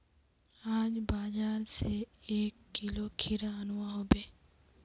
आज बाजार स एक किलो खीरा अनवा हबे